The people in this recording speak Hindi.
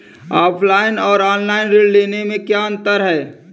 ऑफलाइन और ऑनलाइन ऋण लेने में क्या अंतर है?